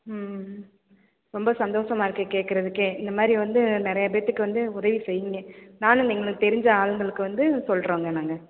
ம் ம் ரொம்ப சந்தோசமா இருக்குது கேட்கறதுக்கே இந்த மாதிரி வந்து நிறையா பேர்த்துக்கு வந்து உதவி செய்யுங்க நானும் எங்களுக்கு தெரிஞ்ச ஆளுங்களுக்கு வந்து சொல்லுறோங்க நாங்கள்